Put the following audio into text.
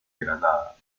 granada